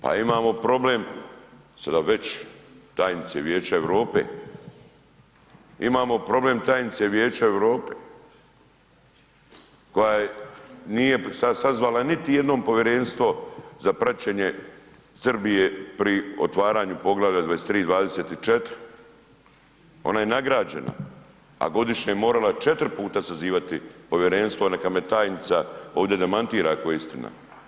Pa imamo problem sada već tajnice Vijeća Europe, imamo problem tajnice Vijeća Europe koja nije sazvala niti jednom povjerenstvo za praćenje Srbije pri otvaranju Poglavlja 23. i 24., ona je nagrađena, a godišnje morala 4 puta sazivati povjerenstvo, neka me tajnica ovdje demantira ako je istina.